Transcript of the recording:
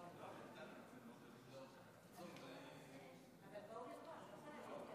מכובדי היושב-ראש,